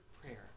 prayer